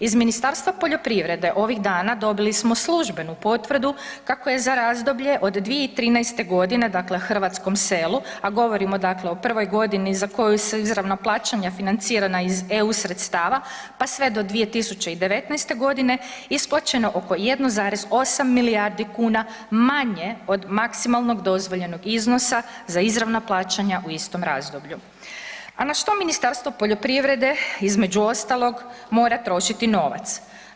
Iz Ministarstva poljoprivrede ovih dana dobili smo službenu potvrdu kako je za razdoblje od 2013. godine, dakle hrvatskom selu, a govorimo o prvoj godini za koja su izravna plaćanja financirana iz EU sredstava pa sve do 2019. godine isplaćeno oko 1,8 milijardi kuna manje od maksimalnog dozvoljenog iznosa za izravna plaćanja u istom razdoblju, a na što Ministarstvo poljoprivrede između ostalog mora trošiti novac.